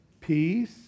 peace